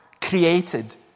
created